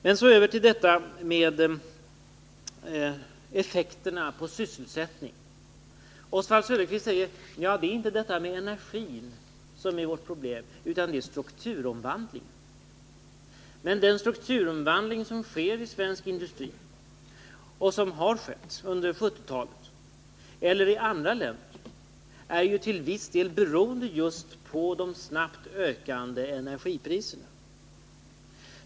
Men så över till detta om effekterna på sysselsättningen. Oswald Söderqvist sade att det inte är energin som är vårt problem utan strukturomvandlingen. Den strukturomvandling som sker i svensk industri och som har skett under 1970-talet — liksom också strukturomvandlingen i andra länder — är ju till viss del beroende just på de snabbt ökande energipriserna.